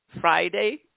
Friday